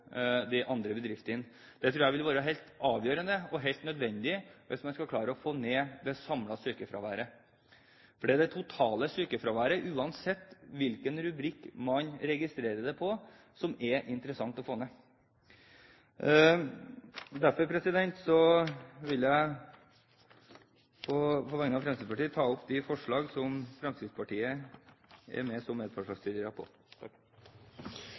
de kan ta i bruk virkemidlet gradert sykmelding på lik linje med de andre bedriftene. Det tror jeg vil være helt avgjørende og helt nødvendig hvis man skal klare å få ned det samlede sykefraværet. Det er det totale sykefraværet, uansett hvilken rubrikk man registrerer det i, som er interessant å få ned. Derfor vil jeg på vegne av Fremskrittspartiet ta opp forslagene der Fremskrittspartiet er medforslagsstiller. Representanten Robert Eriksson har tatt opp de forslag